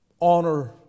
honor